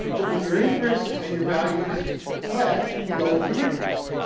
but when your interests and your values clash, you go with your interests.